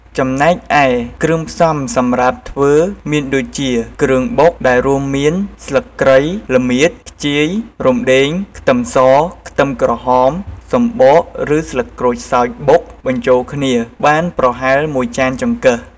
ចំណែកឯគ្រឿងផ្សំសម្រាប់ធ្វើមានដូចជា គ្រឿងបុក ដែលរួមមាន ស្លឹកគ្រៃ រមៀត ខ្ជាយ រំដេង ខ្ទឹមស ខ្ទឹមក្រហម សម្បកឬស្លឹកក្រូចសើចបុកបញ្ជូលគ្នាបាន ប្រហែល១ចានចង្កឹះ។